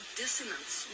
dissonance